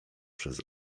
przez